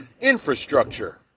infrastructure